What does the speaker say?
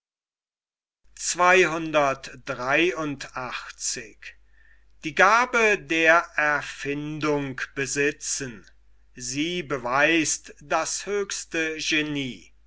sie beweist das höchste genie